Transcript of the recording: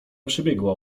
przebiegła